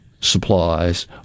supplies